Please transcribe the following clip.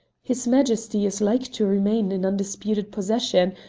his majesty is like to remain in undisputed possession,